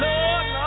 Lord